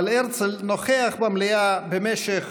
אבל הרצל נוכח במליאה במשך